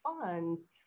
funds